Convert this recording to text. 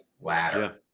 ladder